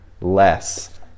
less